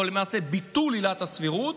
או למעשה ביטול עילת הסבירות,